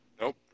Nope